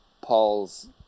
paul's